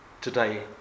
today